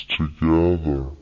together